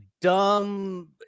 dumb